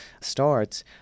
starts